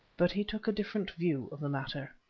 but he took a different view of the matter.